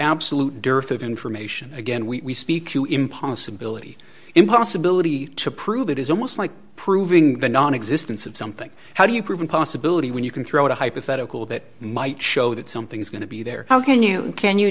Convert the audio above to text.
of information again we speak to him possibility in possibility to prove it is almost like proving the nonexistence of something how do you prove a possibility when you can throw out a hypothetical that might show that something is going to be there how can you can you